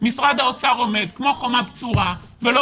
משרד האוצר עומד כמו חומה בצורה ולא